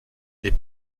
est